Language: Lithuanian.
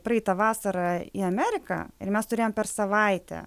praeitą vasarą į ameriką ir mes turėjom per savaitę